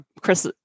Chris